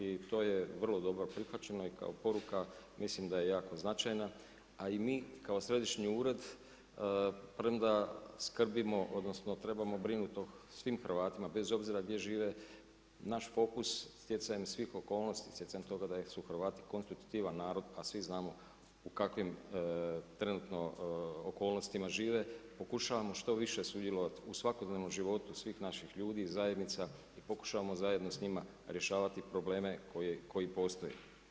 I to je vrlo dobro prihvaćeno, i kao poruka, mislim da je jako značajna, a i mi kao središnji ured, premda skrbimo, odnosno, trebamo brinuti o svim Hrvatima, bez obzira gdje žive, naš fokus stjecanjem svih okolnosti, stjecanjem toga da su Hrvati konstruktivan narod, a svi znamo u kakvim trenutno okolnostima žive, pokušavamo što više sudjelovati u svakodnevnom životu svih naših ljudi, zajednica, pokušavamo zajedno s njima rješavati probleme koje postoje.